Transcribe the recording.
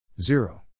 Zero